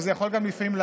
זה יכול להרתיע,